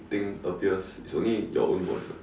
thing appears is only your own voice [what]